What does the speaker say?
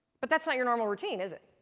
but that's not your normal routine, is it?